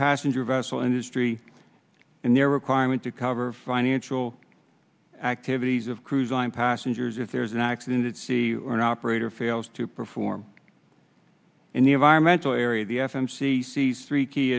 passenger vessel industry and their requirement to cover financial activities of cruise line passengers if there's an accident at sea or an operator fails to perform in the environmental area the f m c sees three key